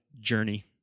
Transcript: journey